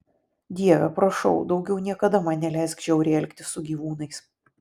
dieve prašau daugiau niekada man neleisk žiauriai elgtis su gyvūnais